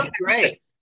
great